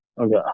Okay